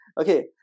okay